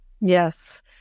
Yes